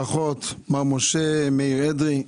ברכות, מר משה מאיר אדרי.